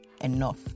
enough